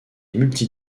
multi